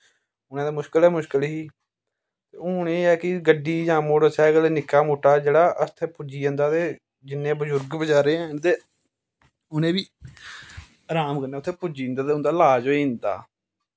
उनें ते मुश्कल गै मुश्कल ही हून एह् ऐ कि गड्डी जां मोटर सैकल निक्का मुट्टा जेह्ड़ा इत्थे पुज्जी जंदा ते जिन्ने बजुर्ग बचारे हैन ते उने बी राम कन्नै उत्थें पुज्जी जंदे ते उंदा लाज़ होई जंदा